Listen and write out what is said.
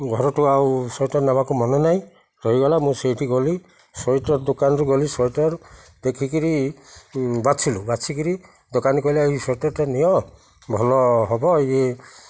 ଘରଠୁ ଆଉ ସ୍ଵେଟର ନବାକୁ ମନେ ନାହିଁ ରହିଗଲା ମୁଁ ସେଇଠି ଗଲି ସ୍ଵେଟର ଦୋକାନରୁ ଗଲି ସ୍ଵେଟର ଦେଖିକିରି ବାଛିଲୁ ବାଛିିକିରି ଦୋକାନୀ କହିଲେ ଏଇ ସ୍ଵେଟରଟା ନିଅ ଭଲ ହବ ଇଏ